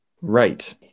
Right